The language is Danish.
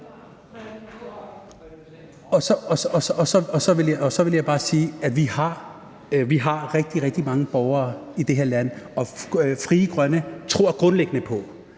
Og så vil jeg bare sige, at vi har rigtig, rigtig mange borgere i det her land, og Frie Grønne tror grundlæggende på,